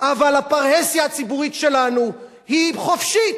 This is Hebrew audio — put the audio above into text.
אבל הפרהסיה הציבורית שלנו היא חופשית,